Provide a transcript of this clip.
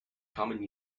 common